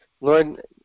Lord